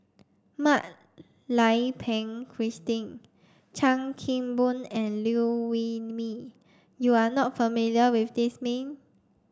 Mak Lai Peng Christine Chan Kim Boon and Liew Wee Mee you are not familiar with these name